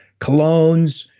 colognes,